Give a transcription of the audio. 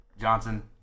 Johnson